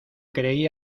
creí